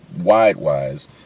wide-wise